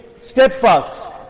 steadfast